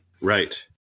Right